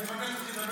אני מבקש שתתחיל לדבר